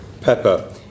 Pepper